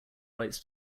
rights